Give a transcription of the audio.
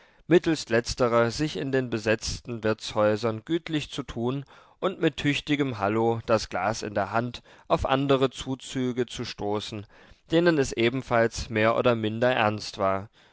mittelst letzterer sich in den besetzten wirtshäusern gütlich zu tun und mit tüchtigem hallo das glas in der hand auf andere zuzüge zu stoßen denen es ebenfalls mehr oder minder ernst war